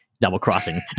double-crossing